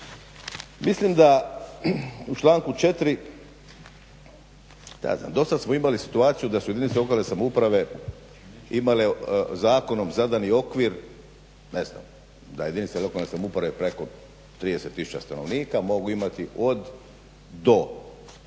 Mislim da u članku 4., šta ja znam dosad smo imali situaciju da su jedinice lokalne samouprave imale zakonom zadani okvir ne znam da jedinica lokalne samouprave preko 30 tisuća stanovnika mogu imati od do